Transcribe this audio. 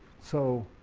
so